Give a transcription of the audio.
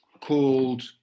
called